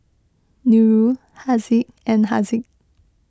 Nurul Haziq and Haziq